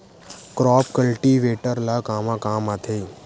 Crop cultivator ला कमा काम आथे?